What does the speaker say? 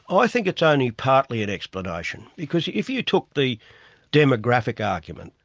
i think it's only partly an explanation. because if you took the demographic argument,